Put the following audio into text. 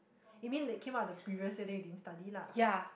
you mean they came out the previous year then you didn't study lah